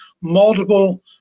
multiple